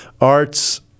Arts